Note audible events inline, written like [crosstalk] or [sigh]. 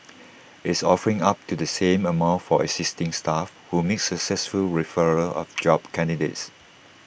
it's offering up to the same amount for existing staff who make successful referrals of [noise] job candidates